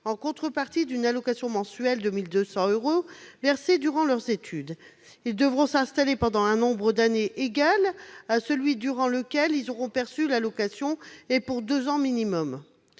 en contrepartie d'une allocation mensuelle de 1 200 euros versée durant leurs études. Ils devront s'installer pendant un nombre d'années égal à celui durant lequel ils auront perçu l'allocation, et pour deux ans minimum.